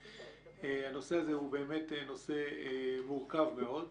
הנושא הזה הוא באמת נושא מורכב מאוד.